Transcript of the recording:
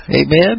Amen